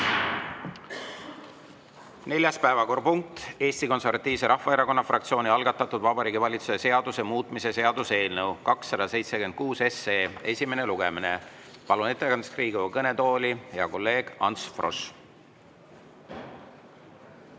Neljas päevakorrapunkt on Eesti Konservatiivse Rahvaerakonna fraktsiooni algatatud Vabariigi Valitsuse seaduse muutmise seaduse eelnõu 276 esimene lugemine. Palun ettekandeks Riigikogu kõnetooli hea kolleegi Ants Froschi.